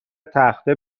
تخته